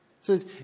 Says